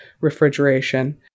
refrigeration